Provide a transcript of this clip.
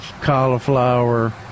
cauliflower